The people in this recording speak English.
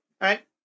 right